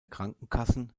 krankenkassen